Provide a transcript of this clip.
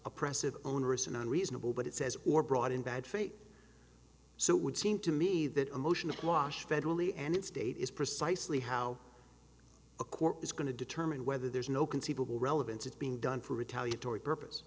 oppressive onerous and unreasonable but it says or broad in bad faith so it would seem to me that a motion to quash federally and in state is precisely how a court is going to determine whether there's no conceivable relevance it's being done for retaliatory purpose